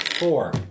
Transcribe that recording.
Four